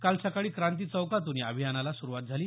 काल सकाळी क्रांती चौकातून या अभियानाला सुरुवात झाली